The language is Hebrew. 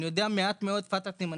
אני יודע מעט מאוד שפת הסימנים.